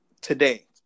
today